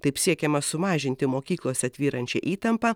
taip siekiama sumažinti mokyklose tvyrančią įtampą